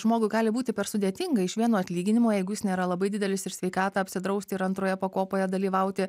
žmogui gali būti per sudėtinga iš vieno atlyginimo jeigu jis nėra labai didelis ir sveikatą apsidrausti ir antroje pakopoje dalyvauti